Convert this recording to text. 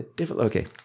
Okay